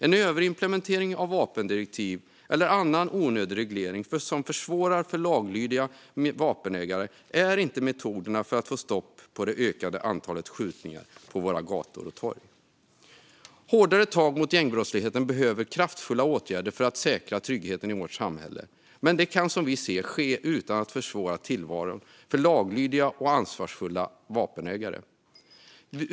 En överimplementering av vapendirektiv eller annan onödig reglering som försvårar för laglydiga vapenägare är inte metoderna för att få stopp på det ökade antalet skjutningar på våra gator och torg. Hårdare tag mot gängbrottsligheten behöver kraftfulla åtgärder för att säkra tryggheten i vårt samhälle. Men det kan som vi ser det ske utan att försvåra tillvaron för laglydiga och ansvarsfulla vapenägare.